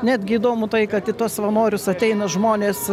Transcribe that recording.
netgi įdomu tai kad į tuos savanorius ateina žmonės